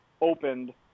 opened